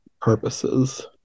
purposes